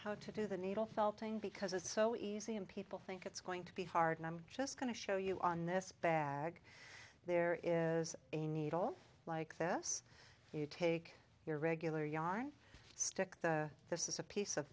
how to do the needle felting because it's so easy and people think it's going to be hard and i'm just going to show you on this bag there is a needle like this you take your regular yard stick this is a piece